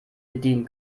bedienen